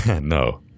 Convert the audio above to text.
No